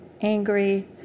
angry